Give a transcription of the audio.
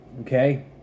Okay